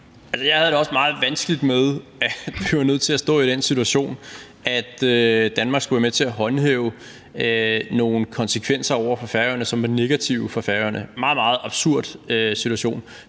Jeg havde det også meget vanskeligt med, at vi var nødt til at stå i den situation, hvor Danmark skulle være med til at håndhæve noget, som havde nogle konsekvenser for Færøerne, og som var negative for Færøerne. Det var en meget, meget absurd situation.